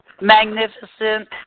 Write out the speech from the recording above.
magnificent